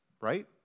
right